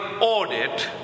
audit